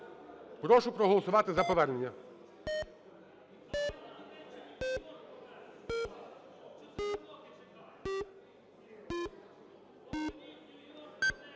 Прошу проголосувати за повернення.